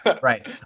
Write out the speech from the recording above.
right